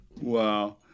Wow